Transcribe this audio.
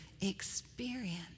experience